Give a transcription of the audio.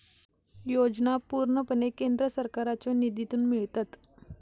योजना पूर्णपणे केंद्र सरकारच्यो निधीतून मिळतत